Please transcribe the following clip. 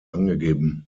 angegeben